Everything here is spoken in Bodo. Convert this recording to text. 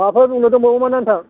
माबाफोर बुंनो दंबावो माने नोंथां